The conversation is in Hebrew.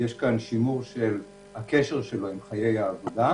יש כאן שימור של הקשר שלו עם חיי העבודה,